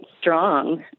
strong